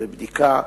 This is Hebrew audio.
ובדיקה,